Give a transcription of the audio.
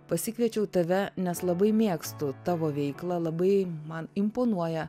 pasikviečiau tave nes labai mėgstu tavo veiklą labai man imponuoja